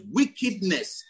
wickedness